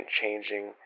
changing